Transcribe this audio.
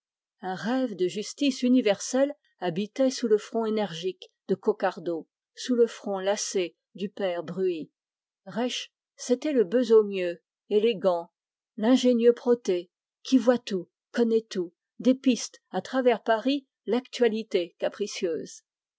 un rêve de justice universelle habitait sous le front têtu de coquardeau sous le front lassé du père bruys rèche c'était le besogneux élégant l'ingénieux protée qui voit tout connaît tout dépiste à travers paris l'actualité capricieuse